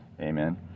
Amen